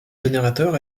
générateur